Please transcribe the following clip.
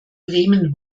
bremen